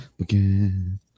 again